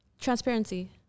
Transparency